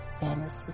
fantasy